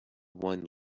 one